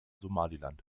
somaliland